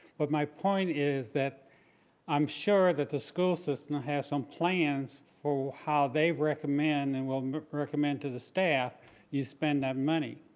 but my point is that i'm sure that the school system has some plans for how they recommend and will recommend to the staff you spend that money.